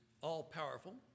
all-powerful